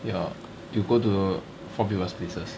your you go to four people's places